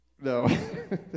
No